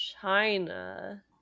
China